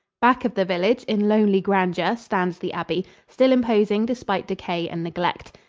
back of the village, in lonely grandeur, stands the abbey, still imposing despite decay and neglect.